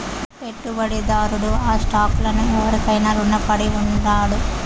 పెట్టుబడిదారుడు ఆ స్టాక్ లను ఎవురికైనా రునపడి ఉండాడు